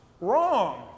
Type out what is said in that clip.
wrong